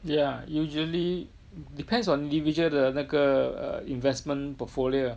yeah usually depends on individual 的那个 err investment portfolio